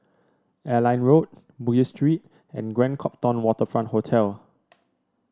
Airline Road Bugis Street and Grand Copthorne Waterfront Hotel